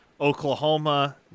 Oklahoma